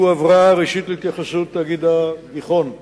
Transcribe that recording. היא הועברה ראשית להתייחסות תאגיד "הגיחון".